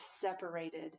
separated